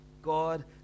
God